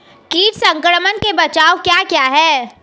कीट संक्रमण के बचाव क्या क्या हैं?